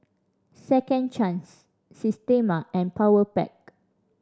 Second Chance Systema and Powerpac